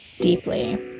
deeply